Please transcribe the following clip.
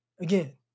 Again